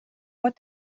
باهات